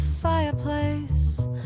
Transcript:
fireplace